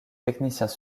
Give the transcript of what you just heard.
techniciens